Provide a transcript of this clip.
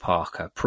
Parker